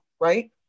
right